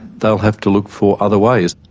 they will have to look for other ways.